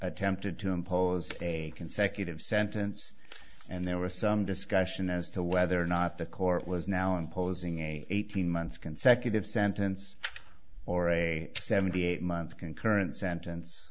attempted to impose a consecutive sentence and there was some discussion as to whether or not the court was now imposing eighteen months consecutive sentence or a seventy eight month concurrent sentence